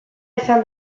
esan